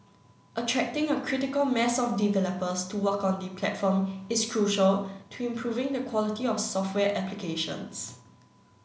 attracting a critical mass of developers to work on the platform is crucial to improving the quality of software applications